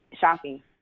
shocking